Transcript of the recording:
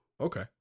Okay